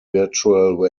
virtual